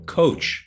coach